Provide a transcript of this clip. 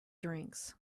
drinks